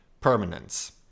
permanence